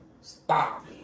Stop